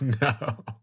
no